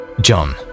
john